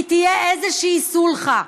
כי תהיה איזושהי סולחה.